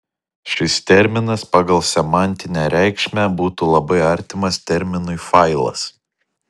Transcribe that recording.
šis terminas pagal semantinę reikšmę būtų labai artimas terminui failas